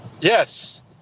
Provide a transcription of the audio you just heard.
yes